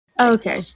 Okay